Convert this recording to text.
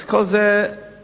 אז כל זה בהמשך,